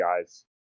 guys